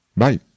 bye